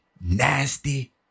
nasty